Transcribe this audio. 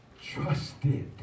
trusted